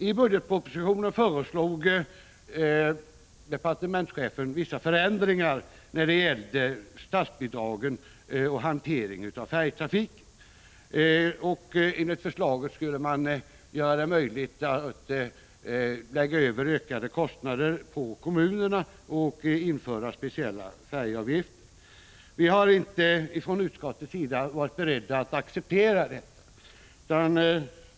I budgetpropositionen föreslog departementschefen vissa förändringar när det gällde statsbidragen och hanteringen av färjetrafiken. Enligt förslaget skulle man göra det möjligt att lägga över ökade kostnader på kommunerna och införa speciella färjeavgifter. Från utskottets sida har vi inte varit beredda att acceptera detta.